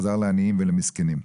עזר לעניים ולמסכנים.